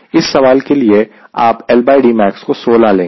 इस सवाल के लिए आप LDmax को 16 लेंगे